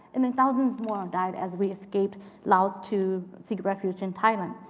and then thousands more died as we escaped laos to seek refuge in thailand.